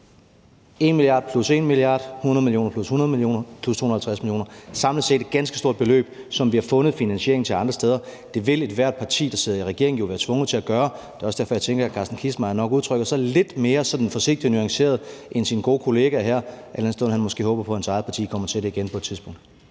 1 mia. + 1 mia. + 100 mio. + 100 mio. + 250 mio. – som samlet set er et ganske stort beløb, som vi har fundet en finansiering til andre steder. Det vil ethvert parti, der sidder i regering, jo være tvunget til at gøre, og det er også derfor, jeg tænker, at hr. Carsten Kissmeyer nok udtrykker sig sådan lidt mere forsigtigt nuanceret end sine gode kollegaer her. For et eller andet sted håber han måske på, at hans eget parti på et tidspunkt